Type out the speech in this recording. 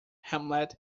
hamlet